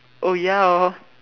oh ya hor